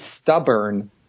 stubborn